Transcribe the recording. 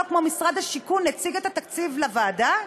כמו משרד השיכון הציג את התקציב לוועדה?